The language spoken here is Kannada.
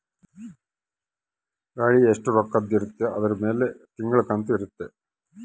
ಗಾಡಿ ಎಸ್ಟ ರೊಕ್ಕದ್ ಇರುತ್ತ ಅದುರ್ ಮೇಲೆ ತಿಂಗಳ ಕಂತು ಇರುತ್ತ